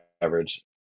average